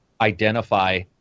identify